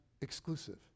exclusive